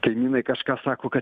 kaimynai kažką sako kad